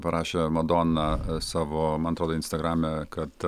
parašė madonna savo man atrodo instagrame kad